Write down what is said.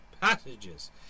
passages